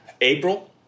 April